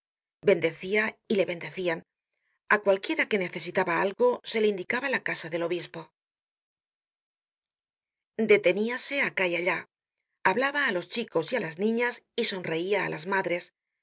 bendecia y le bendecian a cualquiera que necesitaba algo se le indicaba la casa del obispo deteníase acá y allá hablaba á los chicos y á las ninas y sonreia á las madres